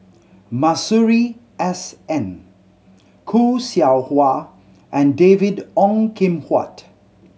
Masuri S N Khoo Seow Hwa and David Ong Kim Huat